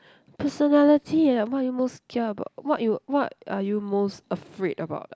personality ah what are you most kia about what you what are you most afraid about ah